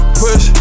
push